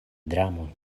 dramo